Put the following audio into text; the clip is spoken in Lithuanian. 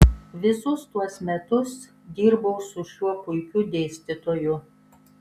visus tuos metus dirbau su šiuo puikiu dėstytoju